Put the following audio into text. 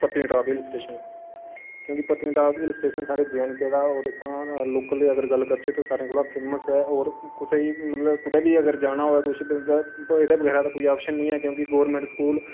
Patnitop hill station क्योंकि Patnitop hill station साढ़े जे एंड के दा होर इत्थां दा लोकल अगर गल्ल करतै तां सारें कोला फेमस ऐ होर कुसैगी मतलब कुदै बी अगर जाना होऐ कुछ बी एह्दे बगैरा ते कोई आप्शन निं ऐ क्योंकि गौरमैंट स्कूल